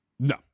No